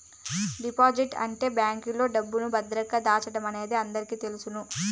deposit అంటే బ్యాంకులో డబ్బును భద్రంగా దాచడమనేది అందరికీ తెలుసును